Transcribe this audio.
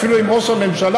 אפילו עם ראש הממשלה,